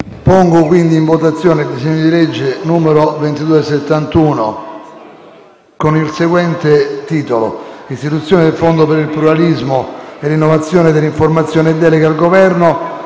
con modificazioni, del disegno di legge n. 2271, con il seguente titolo: *Istituzione del Fondo per il pluralismo e l'innovazione dell'informazione e deleghe al Governo